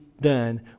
done